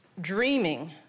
dreaming